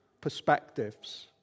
perspectives